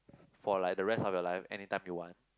for like the rest of your life anytime you want